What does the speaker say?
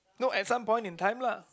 no at some point in time lah